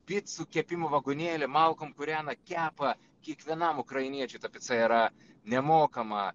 picų kepimo vagonėlį malkom kūrena kepa kiekvienam ukrainiečiui ta pica yra nemokama